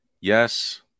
Yes